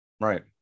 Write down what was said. right